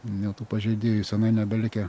jau tų pažeidėjų senai nebelikę